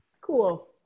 Cool